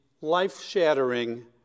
life-shattering